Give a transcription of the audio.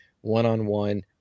one-on-one